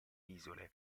isole